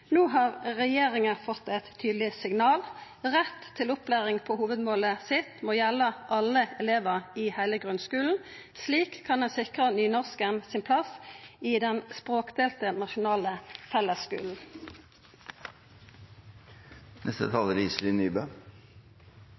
No har regjeringa fått eit tydeleg signal: Rett til opplæring på hovudmålet sitt må gjelda alle elevar i heile grunnskulen. Slik kan ein sikra nynorsken sin plass i den språkdelte nasjonale